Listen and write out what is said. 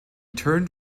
turned